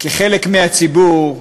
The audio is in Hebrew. כחלק מהציבור,